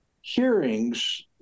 hearings